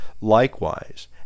Likewise